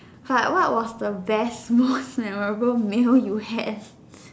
what what was the best most memorable meal you had